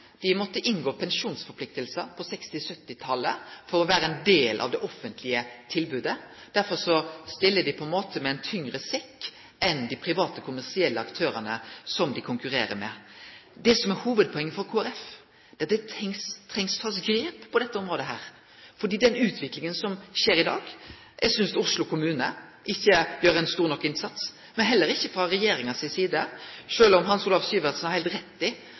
på 1960–1970-talet måtte inngå pensjonsforpliktingar for å vere ein del av det offentlege tilbodet. Derfor stiller dei på ein måte med ein tyngre sekk enn dei private kommersielle aktørane som dei konkurrerer med. Det som er hovudpoenget for Kristeleg Folkeparti, er at det trengst at ein tek grep på dette området. Når det gjeld den utviklinga som skjer i dag, synest eg ikkje Oslo kommune gjer ein stor nok innsats, og heller ikkje regjeringa, sjølv om Hans Olav Syversen har heilt rett i